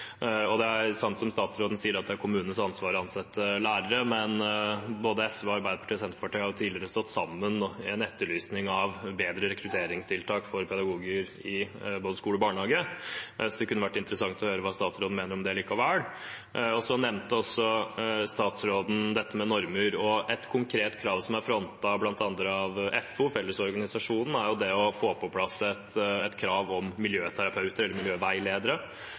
Og det er sant som statsråden sier, at det er kommunenes ansvar å ansette lærere, men både SV, Arbeiderpartiet og Senterpartiet har tidligere stått sammen om å etterlyse bedre rekrutteringstiltak for pedagoger i både skole og barnehage, så det kunne være interessant å høre hva statsråden mener om det likevel. Statsråden nevnte også det med normer. Et konkret krav som er frontet bl.a. av Fellesorganisasjonen, er det å få på plass et krav om